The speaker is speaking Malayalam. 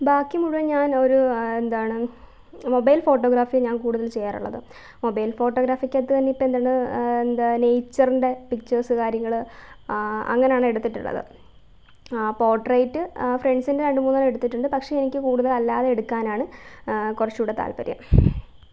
ബാക്കി മുഴുവൻ ഞാൻ ഒരു എന്താണ് മൊബൈൽ ഫോട്ടോഗ്രാഫിയാണ് ഞാൻ കൂടുതൽ ചെയ്യാറുള്ളത് മൊബൈൽ ഫോട്ടോഗ്രാഫിക്കകത്ത് തന്നെ ഇപ്പോഴെന്താണ് എന്താണ് നേയ്ച്ചറിന്റെ പിക്ചേഴ്സ്സ് കാര്യങ്ങള് അങ്ങനാണ് എടുത്തിട്ടുള്ളത് പോട്ട്റേയ്റ്റ് ഫ്രണ്ട്സിന്റെ രണ്ട് മൂന്നെണ്ണമെടുത്തിട്ടുണ്ട് പക്ഷെ എനിക്ക് കൂടുതലല്ലാതെ എടുക്കാനാണ് കുറച്ചുകൂടെ താൽപ്പര്യം